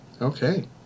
Okay